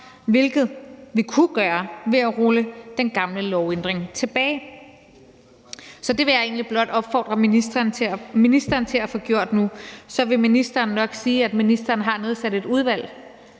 hvilket vi kunne gøre ved at rulle den gamle lovændring tilbage. Så det vil jeg egentlig blot opfordre ministeren til at få gjort nu. Så vil ministeren nok sige, at han har nedsat et udvalg,